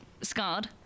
scarred